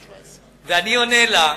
ואני עונה לה,